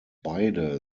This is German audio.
beide